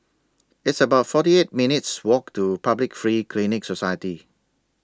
It's about forty eight minutes' Walk to Public Free Clinic Society